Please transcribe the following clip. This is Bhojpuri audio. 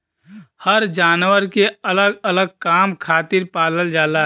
हर जानवर के अलग अलग काम खातिर पालल जाला